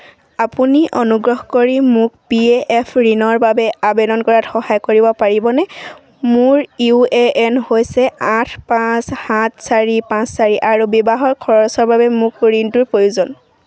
আপুনি অনুগ্ৰহ কৰি মোক পি এফ ঋণৰ বাবে আবেদন কৰাত সহায় কৰিব পাৰিবনে মোৰ ইউ এ এন হৈছে আঠ পাঁচ সাত চাৰি পাঁচ চাৰি আৰু বিবাহৰ খৰচৰ বাবে মোক ঋণটোৰ প্ৰয়োজন